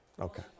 Okay